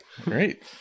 great